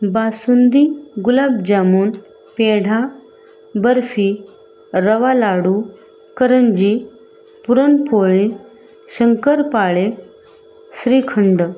basundi gulab jamun peda barfi rava ladoo karanji puran poli shankarpali shrikhand